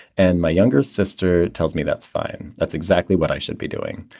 and my younger sister tells me that's fine. that's exactly what i should be doing.